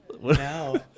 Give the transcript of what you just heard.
No